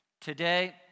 today